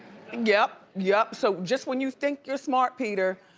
yep, yep. so just when you think you're smart peter,